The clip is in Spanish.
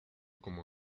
como